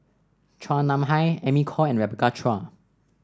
Chua Nam Hai Amy Khor and Rebecca Chua